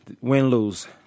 Win-lose